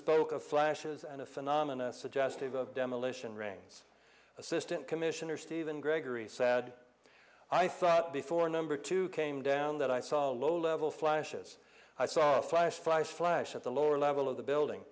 spoke of flashes and a phenomena suggestive of demolition rains assistant commissioner stephen gregory said i thought before number two came down that i saw low level flashes i saw a flash flash flash at the lower level of the building